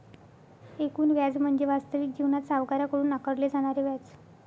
एकूण व्याज म्हणजे वास्तविक जीवनात सावकाराकडून आकारले जाणारे व्याज